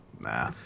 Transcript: Nah